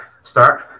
start